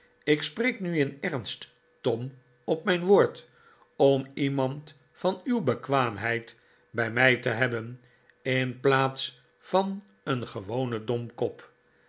ik spreek nu in ernst tom op mijn woord om iemand van u w bekwaamheid bij mij te hebben in plaats van een gewonen domkop